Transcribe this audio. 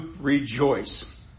rejoice